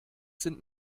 sind